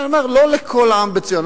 אני אומר: לא לכל העם בציון,